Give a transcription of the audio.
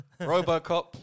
Robocop